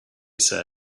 said